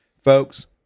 Folks